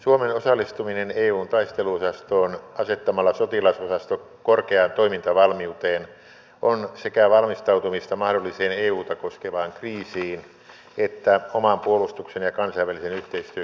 suomen osallistuminen eun taisteluosastoon asettamalla sotilasosasto korkeaan toimintavalmiuteen on sekä valmistautumista mahdolliseen euta koskevaan kriisiin että oman puolustuksen ja kansainvälisen yhteistyön kehittämistä